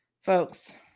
folks